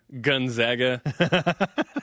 Gonzaga